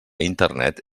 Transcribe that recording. internet